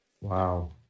Wow